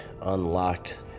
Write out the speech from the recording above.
unlocked